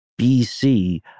BC